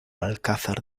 alcázar